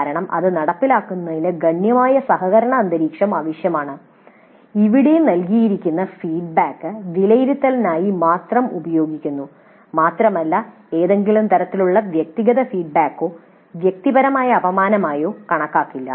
കാരണം ഇത് നടപ്പിലാക്കുന്നതിന് ഗണ്യമായ സഹകരണഅന്തരീക്ഷം ആവശ്യമാണ് ഇവിടെ നൽകിയിരിക്കുന്ന ഫീഡ്ബാക്ക് വിലയിരുത്തലിനായി മാത്രം ഉപയോഗിക്കുന്നു മാത്രമല്ല ഇത് ഏതെങ്കിലും തരത്തിലുള്ള വ്യക്തിഗത ഫീഡ്ബാക്കായോ വ്യക്തിപരമായ അപമാനമായോ കണക്കാക്കില്ല